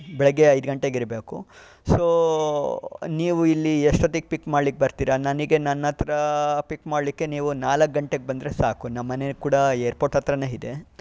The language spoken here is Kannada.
ಬೆಳಗ್ಗೆ ಐದು ಗಂಟೆಗಿರಬೇಕು ಸೋ ನೀವು ಇಲ್ಲಿ ಎಷ್ಟೊತ್ತಿಗೆ ಪಿಕ್ ಮಾಡ್ಲಿಕ್ಕೆ ಬರ್ತೀರಾ ನನಗೆ ನನ್ನ ಹತ್ತಿರ ಪಿಕ್ ಮಾಡ್ಲಿಕ್ಕೆ ನೀವು ನಾಲ್ಕು ಗಂಟೆಗೆ ಬಂದರೆ ಸಾಕು ನಮ್ಮನೆ ಕೂಡ ಏರ್ಪೋರ್ಟ್ ಹತ್ತಿರನೇ ಇದೆ